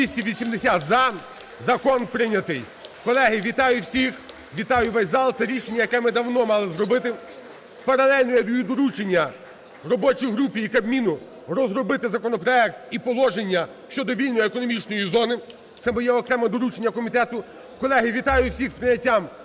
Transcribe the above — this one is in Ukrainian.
За-280 Закон прийнятий. (Оплески) Колеги, вітаю всіх, вітаю весь зал. Це рішення, яке ми давно мали зробити. Паралельно я даю доручення робочій групі і Кабміну розробити законопроект і положення щодо вільної економічної зони. Це моє окреме доручення комітету. Колеги, вітаю всіх з прийняттям